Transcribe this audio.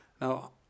Now